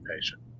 patient